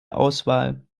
auswahl